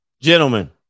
gentlemen